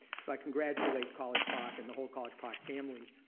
so i congratulate college park in the whole college park family.